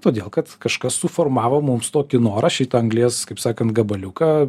todėl kad kažkas suformavo mums tokį norą šitą anglies kaip sakant gabaliuką